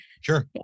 sure